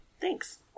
Thanks